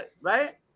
right